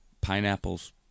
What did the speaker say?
pineapples